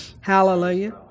Hallelujah